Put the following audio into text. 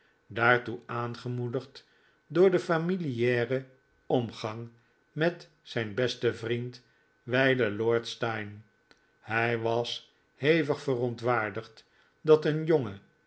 daartoe aangemoedigd door den familiaren omgang met zijn besten vriend wijlen lord steyne hij was hevig verontwaardigd dat een jonge